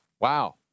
Wow